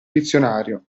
dizionario